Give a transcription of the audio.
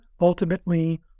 ultimately